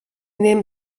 nehmen